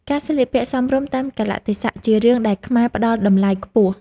ការស្លៀកពាក់សមរម្យតាមកាលៈទេសៈ ជារឿងដែលខ្មែរផ្តល់តម្លៃខ្ពស់។